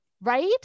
right